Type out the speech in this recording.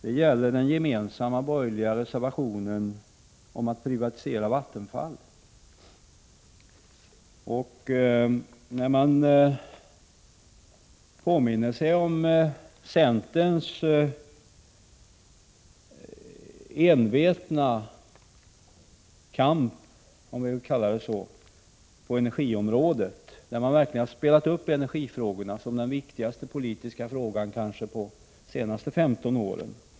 Det gäller den gemensamma borgerliga reservationen om att privatisera Vattenfall. Här kan man påminna sig centerns envetna kamp - om jag får kalla det så — på energiområdet, där man verkligen har spelat ut energifrågan som den kanske viktigaste politiska frågan under de senaste 15 åren.